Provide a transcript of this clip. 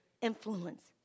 influence